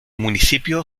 municipio